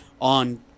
on